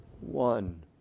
One